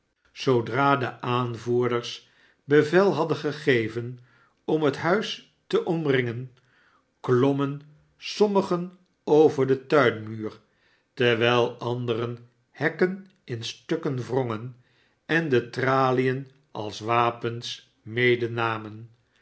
zoodra de aanvoerders bevel hadden gegeven om het huis te omringen klommen rsommigen over den tuinmuur terwijl anderen de hekken in stukken wrongen en de tralien als wapens medenamen